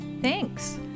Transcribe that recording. Thanks